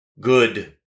good